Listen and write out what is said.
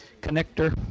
connector